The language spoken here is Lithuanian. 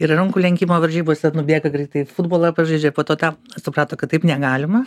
ir rankų lenkimo varžybose nubėga greitai futbolą pažaidžia po to tą suprato kad taip negalima